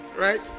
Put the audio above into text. Right